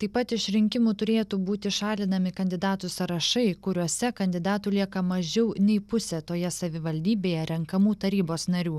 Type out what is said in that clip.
taip pat iš rinkimų turėtų būti šalinami kandidatų sąrašai kuriuose kandidatų lieka mažiau nei pusė toje savivaldybėje renkamų tarybos narių